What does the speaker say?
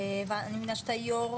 אני מבינה שאתה יו"ר